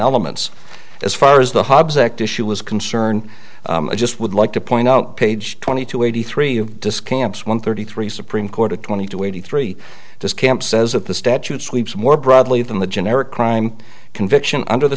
elements as far as the hobbs act issue was concerned i just would like to point out page twenty two eighty three of descanso one thirty three supreme court of twenty two eighty three just camp says that the statute sweeps more broadly than the generic crime conviction under the